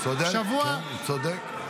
שבוע --- צודק, כן, צודק.